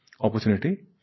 opportunity